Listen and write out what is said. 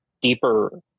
deeper